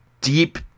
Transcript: deep